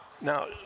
Now